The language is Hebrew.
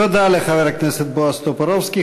תודה לחבר הכנסת בועז טופורובסקי.